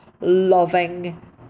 loving